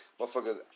Motherfuckers